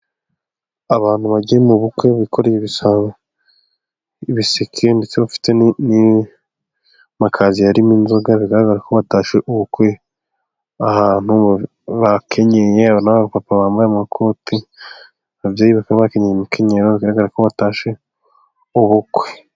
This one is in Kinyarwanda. Abantu bagiye mu bukwe bikoreye ibisabo, ibiseke ndetse bafite n'amakaziye arimo inzoga, bigaragara ko batashye ubukwe ahantu, bakenyeye n'abapapa bambaye amakoti, ababyeyi bakaba bakenyeye imikenyero, bigaragara ko batashye ubukwe.